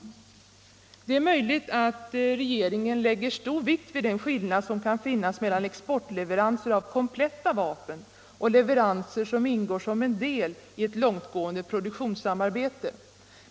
Det är möjligt att regeringen lägger stor vikt vid den skillnad som kan finnas mellan exportleveranser av kompletta vapen och leveranser som ingår som en del i ett långtgående produktionssamarbete.